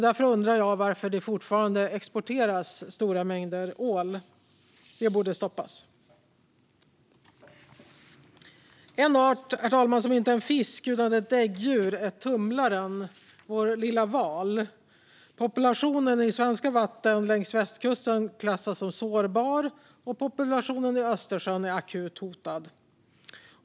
Därför undrar jag varför det fortfarande exporteras stora mängder ål. Det borde stoppas. En art i våra hav, herr talman, som inte är en fisk utan ett däggdjur är tumlaren, vår lilla val. Populationen i svenska vatten längs västkusten klassas som sårbar, och populationen i Östersjön som akut hotad.